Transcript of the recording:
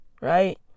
right